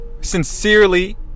Sincerely